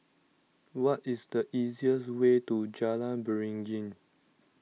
what is the easiest way to Jalan Beringin